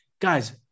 guys